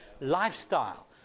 lifestyle